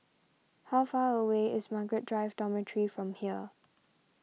how far away is Margaret Drive Dormitory from here